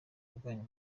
bwanyu